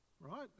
right